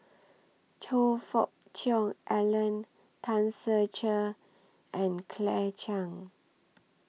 Choe Fook Cheong Alan Tan Ser Cher and Claire Chiang